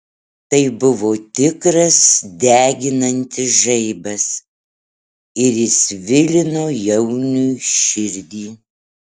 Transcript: tai buvo tikras deginantis žaibas ir jis svilino jauniui širdį